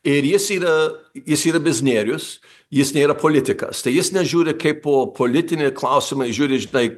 ir jis yra jis yra biznierius jis nėra politikas tai jis nežiūri kaipo politiniai klausimai žiūri žinai